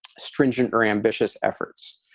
stringent or ambitious efforts.